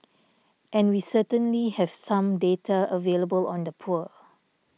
and we certainly have some data available on the poor